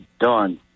done